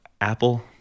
Apple